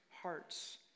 hearts